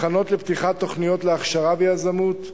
הכנות לפתיחת תוכניות להכשרה ויזמות: